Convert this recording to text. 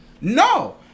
No